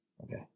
Okay